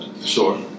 Sure